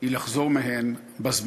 היא לחזור מהן בזמן,